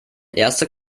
erste